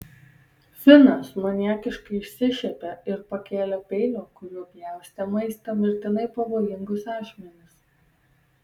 finas maniakiškai išsišiepė ir pakėlė peilio kuriuo pjaustė maistą mirtinai pavojingus ašmenis